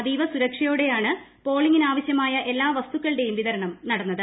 അതീവ സുരക്ഷയോടെയാണ് പോളിംഗിന് ആവശ്യമായ എല്ലാ വസ്തുക്കളുടേയും വിതരണം നടന്നത്